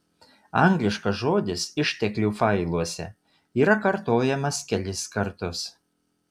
angliškas žodis išteklių failuose yra kartojamas kelis kartus